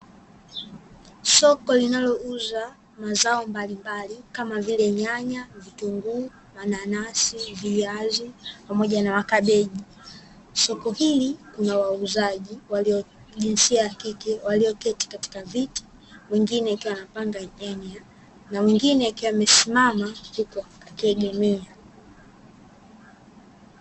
Soko linauza mazao mbalimbali kama nyanya, vituguu, nanasi, pamoja na kabeji. soko hili linawauzaji jinsia ya kike walio keti katika viti wengine wakiwa wanapanga nyanya, na wengine wakiwa wamesimama huku wakiegemea.